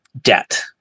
debt